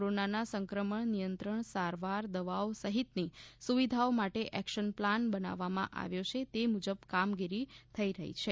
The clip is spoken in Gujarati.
કોરોનાના સંક્રમણ નિયંત્રણ સારવાર દવાઓ સહિતની સુવિધા માટે એક્શન પ્લાન બનાવવામાં આવ્યો છે તે મુજબ કામગીરી થઇ રહી છે